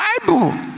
Bible